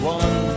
one